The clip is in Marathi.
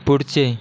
पुढचे